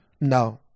No